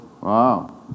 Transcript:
Wow